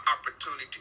opportunity